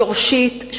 שורשית,